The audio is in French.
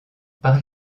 par